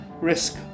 risk